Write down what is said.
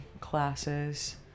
classes